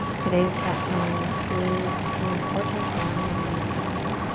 today's session is an important one, in my opinion.